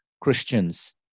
Christians